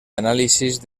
análisis